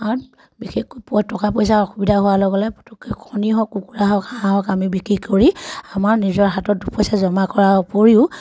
বিশেষকৈ টকা পইচাৰ অসুবিধা হোৱাৰ লগে লগে পটককৈ কণী হওক কুকুৰা হওক হাঁহ হওক আমি বিক্ৰী কৰি আমাৰ নিজৰ হাতত দুপইচা জমা কৰাৰ উপৰিও